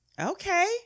Okay